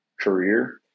career